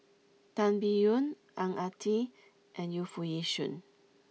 Tan Biyun Ang Ah Tee and Yu Foo Yee Shoon